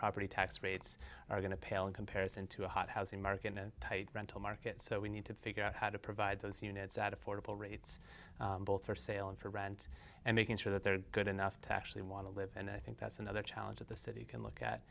property tax rates are going to pale in comparison to a hot housing market in tight rental market so we need to figure out how to provide those units at affordable rates both for sale and for rent and making sure that they're good enough to actually want to live and i think that's another challenge of the city you can look at